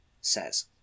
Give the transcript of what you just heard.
says